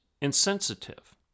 insensitive